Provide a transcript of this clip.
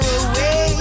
away